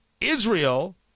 Israel